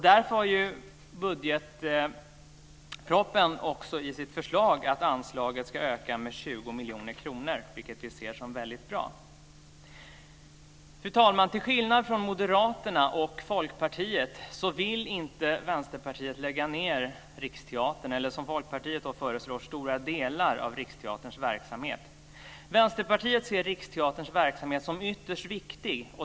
Därför föreslås också i budgetpropositionen att anslaget ska öka med 20 miljoner kronor, vilket vi ser som väldigt bra. Fru talman! Till skillnad från Moderaterna och Folkpartiet vill inte Vänsterpartiet lägga ned Riksteatern, eller som Folkpartiet föreslår lägga ned stora delar av Riksteaterns verksamhet. Vänsterpartiet ser Riksteaterns verksamhet som ytterst viktig.